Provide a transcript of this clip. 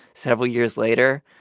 several years later,